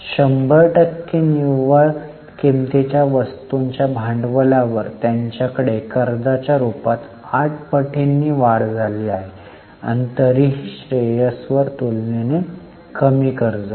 १०० निव्वळ किमतीच्या वस्तूंच्या भांडवलावर त्यांच्याकडे कर्जाच्या रूपात 8 पटींनी वाढ झाली आहे आणि तरीही श्रेयसवर तुलनेने कमी कर्ज आहे